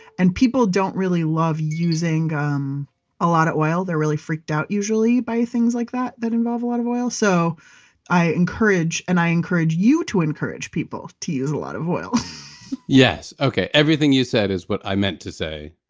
and people don't really love using um a lot of oil. they're really freaked out usually by things like that, that involve a lot of oils. so i encourage, and i encourage you to encourage people to use a lot of oil yes. okay. everything you said is what i meant to say